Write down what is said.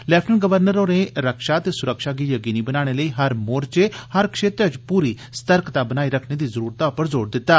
lieutenant governor होरें रक्षा ते सुरक्षा गी जकीनी बनाने लेई हर मोर्चे हर क्षेत्र च पूरी सतर्कता बनाई रखने दी जरूरतै पर जोर दित्ता